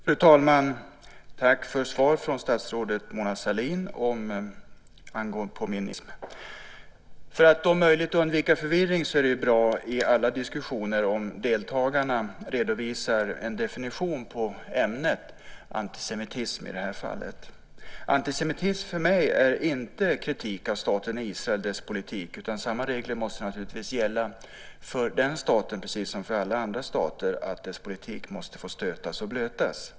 Fru talman! Tack för svar från statsrådet Mona Sahlin på min interpellation om antisemitism. För att om möjligt undvika förvirring är det bra i alla diskussioner om deltagarna redovisar en definition av ämnet - antisemitism i det här fallet. Antisemitism är för mig inte kritik av staten Israel och dess politik. Samma regler måste naturligtvis gälla för den staten som för alla andra stater; dess politik måste få stötas och blötas.